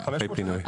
אחרי פינוי.